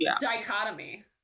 dichotomy